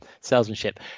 salesmanship